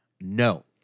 No